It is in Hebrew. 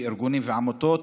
ארגונים ועמותות.